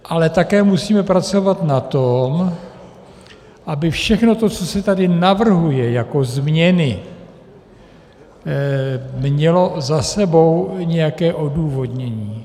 Ale také musíme pracovat na tom, aby všechno to, co se tady navrhuje jako změny, mělo za sebou nějaké odůvodnění.